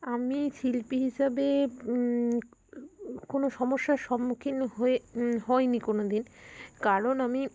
আমি শিল্পী হিসাবে কোনো সমস্যার সম্মুখীন হয়ে হয় নি কোনো দিন কারণ আমি